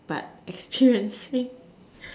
but experiencing